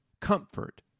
comfort